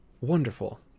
Wonderful